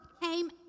came